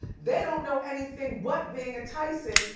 they don't know anything but being a tyson.